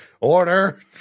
Order